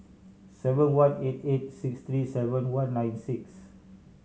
seven one eight eight six three seven one nine six